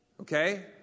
Okay